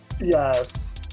Yes